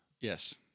Yes